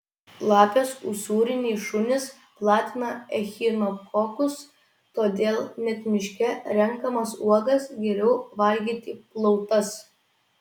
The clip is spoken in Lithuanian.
lapės usūriniai šunys platina echinokokus todėl net miške renkamas uogas geriau valgyti plautas